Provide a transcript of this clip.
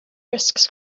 risks